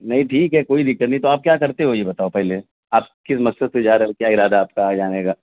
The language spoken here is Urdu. نہیں ٹھیک ہے کوئی دقت نہیں تو آپ کیا کرتے ہو یہ بتاؤ پہلے آپ کس مقصد سے جا رہے ہو کیا ارادہ ہے آپ کا جانے کا